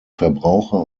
verbraucher